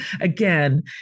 Again